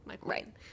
right